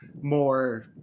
more